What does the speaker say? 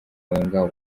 wenger